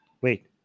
Wait